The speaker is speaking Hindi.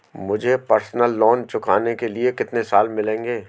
मुझे पर्सनल लोंन चुकाने के लिए कितने साल मिलेंगे?